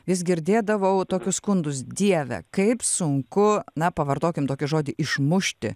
vis girdėdavau tokius skundus dieve kaip sunku na pavartokim tokį žodį išmušti